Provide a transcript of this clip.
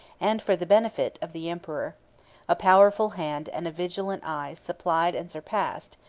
and for the benefit, of the emperor a powerful hand and a vigilant eye supplied and surpassed,